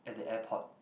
at the airport